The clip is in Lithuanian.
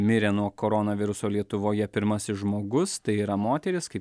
mirė nuo koronaviruso lietuvoje pirmasis žmogus tai yra moteris kaip